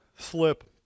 Slip